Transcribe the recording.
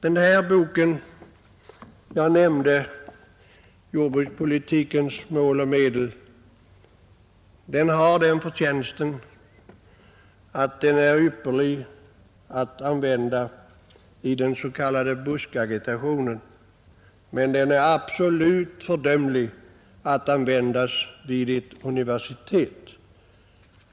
Den bok jag tidigare nämnde, Jordbrukspolitikens mål och medel, är absolut föredömlig att använda vid ett universitet.